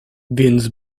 więc